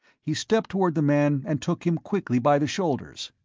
he stepped toward the man and took him quickly by the shoulders.